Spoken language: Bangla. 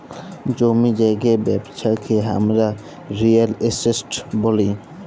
জমি জায়গার ব্যবচ্ছা কে হামরা রিয়েল এস্টেট ব্যলি